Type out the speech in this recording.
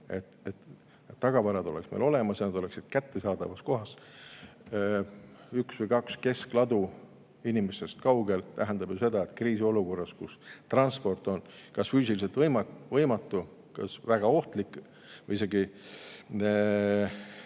et tagavarad oleks meil olemas ja kättesaadavas kohas. Üks või kaks keskladu inimestest kaugel tähendab seda, et kriisiolukorras, kus transport on kas füüsiliselt võimatu, väga ohtlik või isegi